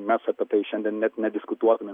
mes apie tai šiandien net nediskutuotumėm